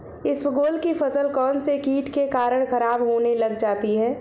इसबगोल की फसल कौनसे कीट के कारण खराब होने लग जाती है?